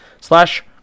slash